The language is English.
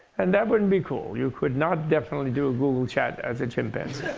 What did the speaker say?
and that wouldn't be cool. you could not definitely do a google chat as a chimpanzee.